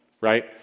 right